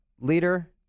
leader